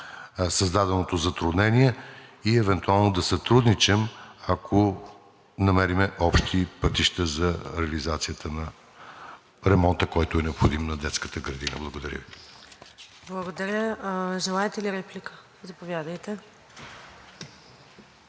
създаденото затруднение и евентуално да сътрудничим, ако намерим общи пътища за реализацията на ремонта, който е необходим на детската градина. Благодаря. ПРЕДСЕДАТЕЛ НАДЕЖДА САМАРДЖИЕВА: Благодаря. Желаете ли реплика? Заповядайте.